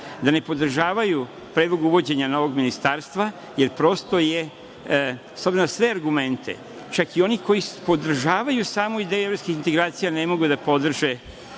da ne podržavaju predlog uvođenja novog ministarstva, jer prosto je, s obzirom na sve argumente, čak i onih koji podržavaju samo ideju o evropskim integracijama, ne mogu da podrže